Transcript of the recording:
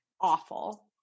awful